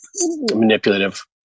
manipulative